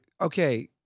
okay